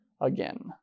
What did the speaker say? again